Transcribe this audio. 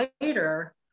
later